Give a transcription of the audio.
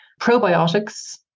probiotics